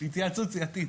התייעצות סיעתית.